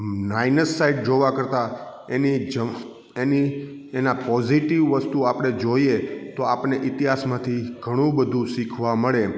minus side જોવા કરતાં એની ચ એની એના પોઝીટીવ વસ્તુ આપણે જોઈએ તો આપને ઈતિહાસમાંથી ઘણું બધું શીખવા મળે